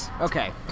Okay